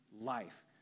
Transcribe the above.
life